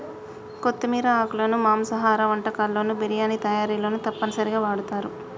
కొత్తిమీర ఆకులను మాంసాహార వంటకాల్లోను బిర్యానీ తయారీలోనూ తప్పనిసరిగా వాడుతారు